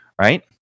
Right